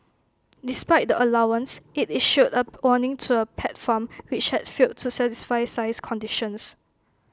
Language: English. despite the allowance IT issued A warning to A pet farm which had failed to satisfy size conditions